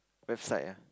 website ah